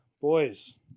boys